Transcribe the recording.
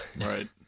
Right